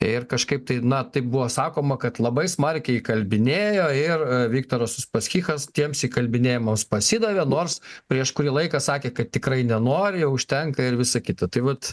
ir kažkaip tai na taip buvo sakoma kad labai smarkiai įkalbinėjo ir viktoras uspaskichas tiems įkalbinėjimams pasidavė nors prieš kurį laiką sakė kad tikrai nenoriu jau užtenka ir visa kita tai vat